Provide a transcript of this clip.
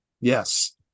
Yes